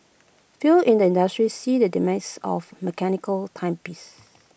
few in the industry see the demise of the mechanical timepiece